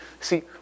see